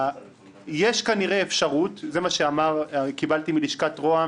יש כנראה אפשרות זה מה שקיבלתי מלשכת רוה"מ